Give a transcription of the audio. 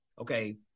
okay